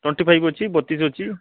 twenty five ଅଛି ବତିଶି ଅଛି